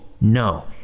no